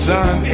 Sun